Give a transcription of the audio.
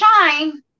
shine